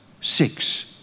six